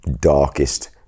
darkest